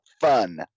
fun